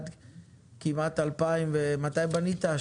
מתי בנית?